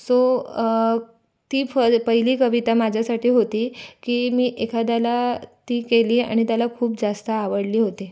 so ती फल पहिली कविता माझ्यासाठी होती की मी एखाद्याला ती केली आणि त्याला खूप जास्त आवडली होती